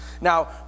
Now